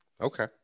Okay